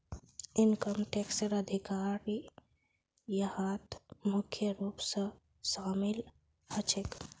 income टैक्सेर अधिकारी यहात मुख्य रूप स शामिल ह छेक